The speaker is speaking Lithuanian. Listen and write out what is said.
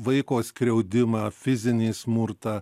vaiko skriaudimą fizinį smurtą